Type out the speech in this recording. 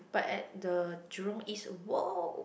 but at the Jurong-East !woah!